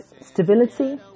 stability